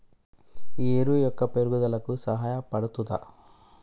ఈ ఎరువు మొక్క పెరుగుదలకు సహాయపడుతదా?